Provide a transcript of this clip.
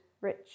rich